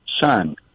sun